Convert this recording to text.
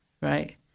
right